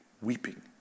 weeping